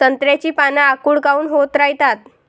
संत्र्याची पान आखूड काऊन होत रायतात?